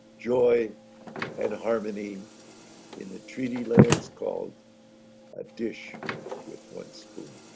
joy and harmony in the treaty lands, called a dish with one spoon.